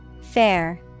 fair